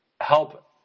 help